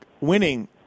winning